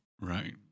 Right